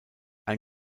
ein